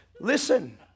Listen